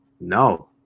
No